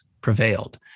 prevailed